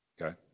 Okay